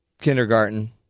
kindergarten